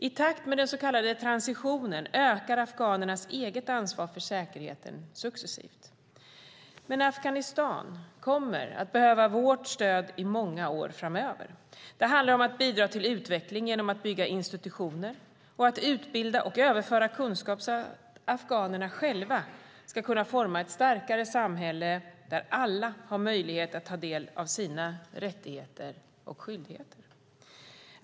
I takt med den så kallade transitionen ökar afghanernas eget ansvar för säkerheten successivt. Men Afghanistan kommer att behöva vårt stöd i många år framöver. Det handlar om att bidra till utveckling genom att bygga institutioner och att utbilda och överföra kunskap så att afghanerna själva kan forma ett starkare samhälle där alla har möjlighet att ta del av sina rättigheter och skyldigheter.